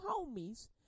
homies